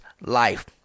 life